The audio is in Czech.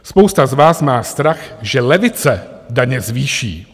Spousta z vás má strach, že levice daně zvýší.